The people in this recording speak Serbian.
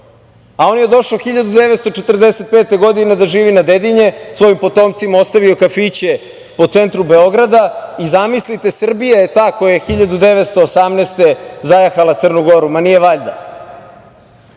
a on je došao 1945. da živi na Dedinje. Svojim potomcima je ostavio kafiće po centru Beograda, i zamislite, Srbija je ta koja 1918. zajahala Crnu Goru. Ma, nije valjda? Zato